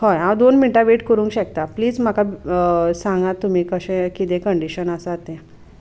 हय हांव दोन मिनटां वेट करूंक शकता प्लीज म्हाका सांगा तुमी कशें किदें कंडिशन आसा तें